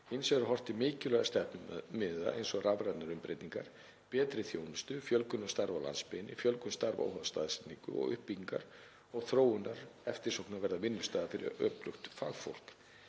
Hins vegar er horft til mikilvægra stefnumiða eins og rafrænnar umbreytingar, betri þjónustu, fjölgunar starfa á landsbyggðinni, fjölgun starfa óháð staðsetningu og uppbyggingar og þróunar eftirsóknarverðra vinnustaða fyrir öflugt fagfólk.